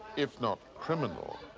if not criminal.